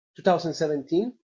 2017